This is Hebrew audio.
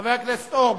חבר הכנסת אורבך,